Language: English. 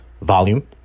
volume